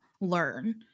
learn